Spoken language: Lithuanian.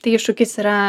tai iššūkis yra